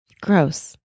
gross